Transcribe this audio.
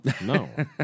No